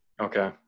Okay